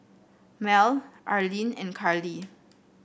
Mel Arline and Karly